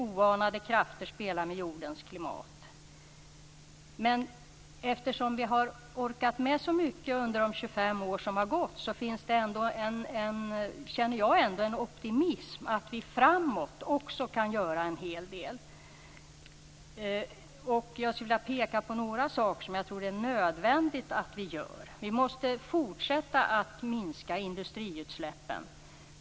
Oanade krafter spelar med jordens klimat. Eftersom vi har orkat med så mycket under de 25 år som har gått, känner jag ändå en optimism att vi framåt också kan göra en hel del. Jag skulle vilja peka på några saker jag tror att det är nödvändigt att vi gör. Vi måste fortsätta att minska industriutsläppen.